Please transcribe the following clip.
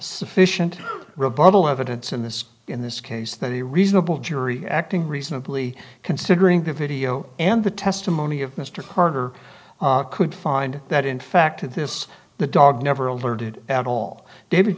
sufficient rebuttal evidence in this in this case that a reasonable jury acting reasonably considering the video and the testimony of mr carter could find that in fact this the dog never alerted at all david